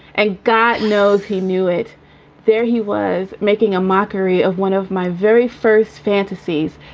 and god knows he knew it there he was making a mockery of one of my very first fantasies.